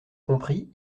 compris